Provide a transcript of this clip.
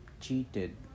cheated